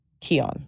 Keon